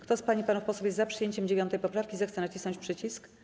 Kto z pań i panów posłów jest za przyjęciem 9. poprawki, zechce nacisnąć przycisk.